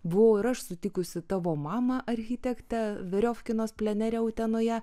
buvau ir aš sutikusi tavo mamą architektę veriovkinos plenere utenoje